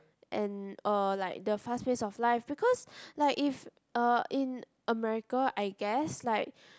and uh like the fast pace of life because like if uh in America I guess like